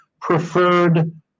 preferred